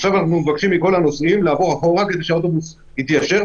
עכשיו אנחנו מבקשים מכל הנוסעים לעבור אחורה כדי שהאוטובוס יתיישר,